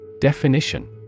Definition